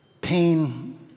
pain